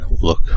look